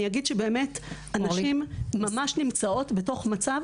אני אגיד שבאמת הנשים ממש נמצאות בתוך מצב